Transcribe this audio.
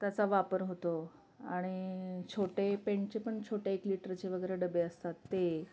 त्याचा वापर होतो आणि छोटे पेंटचे पण छोटे एक लिटरचे वगैरे डबे असतात ते